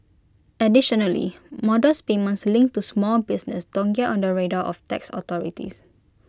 additionally modest payments linked to small business don't get on the radar of tax authorities